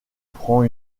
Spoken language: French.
prend